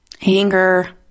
Anger